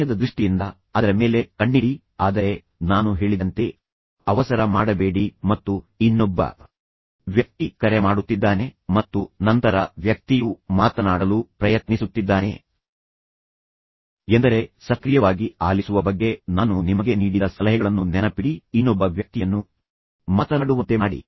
ಸಮಯದ ದೃಷ್ಟಿಯಿಂದ ಅದರ ಮೇಲೆ ಕಣ್ಣಿಡಿ ಆದರೆ ನಾನು ಹೇಳಿದಂತೆ ಅವಸರ ಮಾಡಬೇಡಿ ಮತ್ತು ಇನ್ನೊಬ್ಬ ವ್ಯಕ್ತಿ ಕರೆ ಮಾಡುತ್ತಿದ್ದಾನೆ ಮತ್ತು ನಂತರ ವ್ಯಕ್ತಿಯು ಮಾತನಾಡಲು ಪ್ರಯತ್ನಿಸುತ್ತಿದ್ದಾನೆ ಎಂದರೆ ಸಕ್ರಿಯವಾಗಿ ಆಲಿಸುವ ಬಗ್ಗೆ ನಾನು ನಿಮಗೆ ನೀಡಿದ ಸಲಹೆಗಳನ್ನು ನೆನಪಿಡಿ ಇನ್ನೊಬ್ಬ ವ್ಯಕ್ತಿಯನ್ನು ಮಾತನಾಡುವಂತೆ ಮಾಡಿ